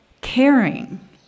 caring